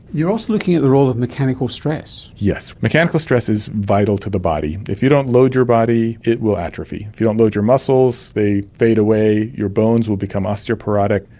also looking at the role of mechanical stress. yes, mechanical stress is vital to the body. if you don't load your body it will atrophy. if you don't load your muscles they fade away, your bones will become osteoporotic.